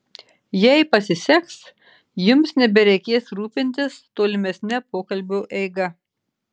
jei pasiseks jums nebereikės rūpintis tolimesne pokalbio eiga